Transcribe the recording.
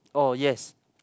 oh yes